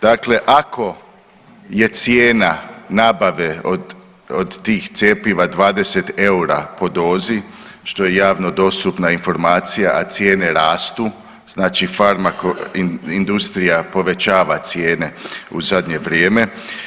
Dakle, ako je cijena nabave od, od tih cjepiva 20 eura po dozi što je javno dostupna informacija, a cijene rastu, znači Farmaco industrija povećava cijene u zadnje vrijeme.